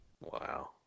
Wow